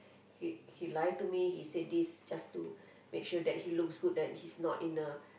he he lie to me he said this just to make sure that he looks good that he's not in a